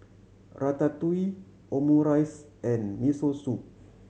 Ratatouille Omurice and Miso Soup